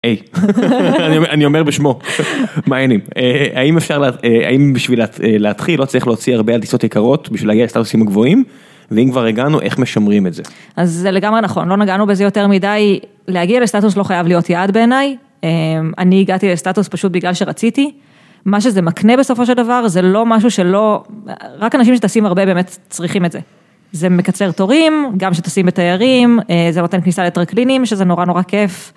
איי, אני אומר בשמו, מה העניינים? האם בשביל להתחיל, לא צריך להוציא הרבה על טיסות יקרות בשביל להגיע לסטטוסים גבוהים, ואם כבר הגענו, איך משמרים את זה? אז זה לגמרי נכון, לא נגענו בזה יותר מדי, להגיע לסטטוס לא חייב להיות יעד בעיניי, אני הגעתי לסטטוס פשוט בגלל שרציתי. מה שזה מקנה בסופו של דבר, זה לא משהו שלא, רק אנשים שטסים הרבה באמת צריכים את זה. זה מקצר תורים, גם כשטסים בתיירים, זה נותן כניסה לטרקלינים, שזה נורא נורא כיף.